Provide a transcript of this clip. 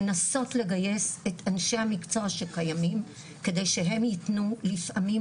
לנסות לגייס את אנשי המקצוע שקיימים כדי שהם יתנו לפעמים